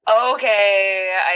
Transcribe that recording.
Okay